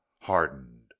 hardened